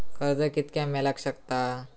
कर्ज कितक्या मेलाक शकता?